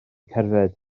cerdded